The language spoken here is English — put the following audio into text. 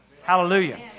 Hallelujah